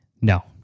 No